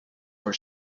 for